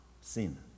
sin